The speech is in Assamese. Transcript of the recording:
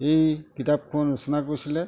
এই কিতাপখন ৰচনা কৰিছিলে